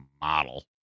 model